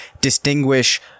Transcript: distinguish